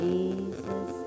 Jesus